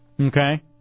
Okay